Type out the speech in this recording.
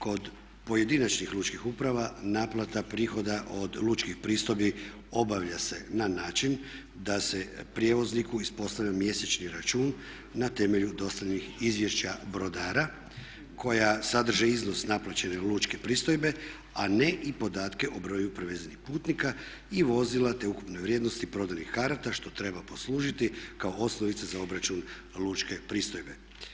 Kod pojedinačnih lučkih uprava naplata prihoda od lučkih pristojbi obavlja se na način da se prijevozniku ispostavlja mjesečni račun na temelju dostavljenih izvješća brodara koja sadrže iznos naplaćene lučke pristojbe, a ne i podatke o broju prevezenih putnika i vozila te ukupne vrijednosti prodanih karata što treba poslužiti kao osnovica za obračun lučke pristojbe.